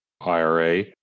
IRA